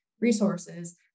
resources